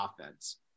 offense